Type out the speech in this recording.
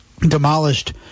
demolished